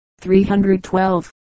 312